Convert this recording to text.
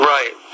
Right